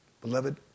Beloved